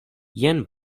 jen